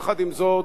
יחד עם זאת